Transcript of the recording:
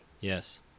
yes